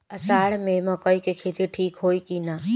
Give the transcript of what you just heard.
अषाढ़ मे मकई के खेती ठीक होई कि ना?